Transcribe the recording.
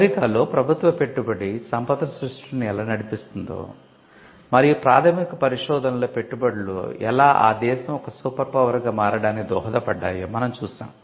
అమెరికాలో ప్రభుత్వ పెట్టుబడి సంపద సృష్టిని ఎలా నడిపిస్తుందో మరియు ప్రాథమిక పరిశోధనలలో పెట్టుబడులు ఎలా ఆ దేశo ఒక సూపర్ పవర్గా మారడానికి దోహదపడ్డాయో మనం చూశాము